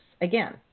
again